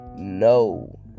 No